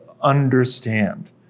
understand